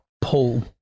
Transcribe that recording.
pull